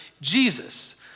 Jesus